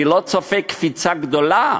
אני לא צופה קפיצה גדולה,